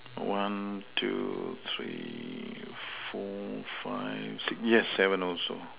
one two three four five six yes seven also